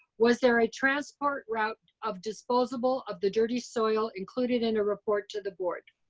was there a transport route of disposable of the dirty soil included in a report to the board?